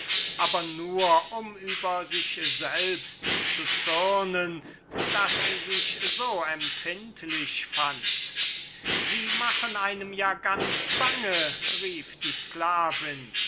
aber nur um über sich selbst zu zörnen daß sie sich so empfindlich fand sie machen einem ja ganz bange madam rief die sklavin